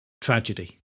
tragedy